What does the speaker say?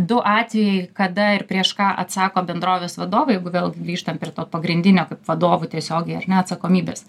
du atvejai kada ir prieš ką atsako bendrovės vadovai jeigu vėl grįžtam prie to pagrindinio kaip vadovų tiesiogiai ar ne atsakomybės